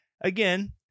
Again